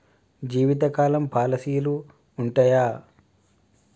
జీవితకాలం పాలసీలు ఉంటయా?